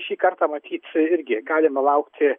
šį kartą matyt irgi galima laukti